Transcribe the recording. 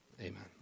Amen